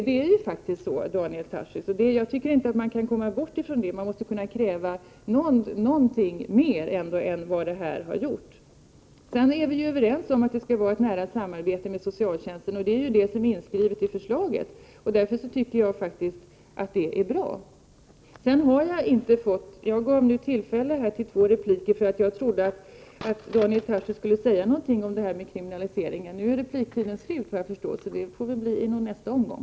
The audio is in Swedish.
Det är faktiskt så, Daniel Tarschys, och jag tycker inte att man kan bortse från det. Man skulle kunna kräva något mer av visshet än man här har gjort. Vi är överens om att det skall vara ett nära samarbete med socialtjänsten, och det är ju inskrivet i förslaget. Därför tycker jag faktiskt att det är bra. 21 Jag gav nu Daniel Tarschys tillfälle till två repliker för att jag trodde att han skulle säga någonting om kriminaliseringen. Nu är repliktiden såvitt jag förstår slut, så det får väl bli i nästa omgång.